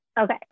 Okay